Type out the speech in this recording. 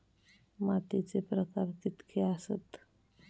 मातीचे प्रकार कितके आसत?